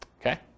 Okay